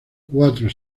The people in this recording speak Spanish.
cuatro